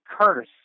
curse